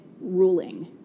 ruling